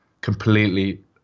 completely